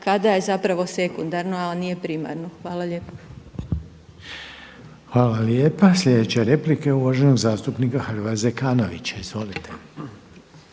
kada je zapravo sekundarno, a nije primarno. Hvala lijepo. **Reiner, Željko (HDZ)** Hvala lijepa. Slijedeća replika je uvaženog zastupnika Hrvoja Zekanovića. Izvolite.